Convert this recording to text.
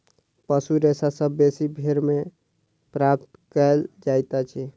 पशु रेशा सभ सॅ बेसी भेंड़ सॅ प्राप्त कयल जाइतअछि